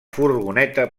furgoneta